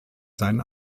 sein